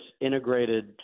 integrated